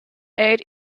eir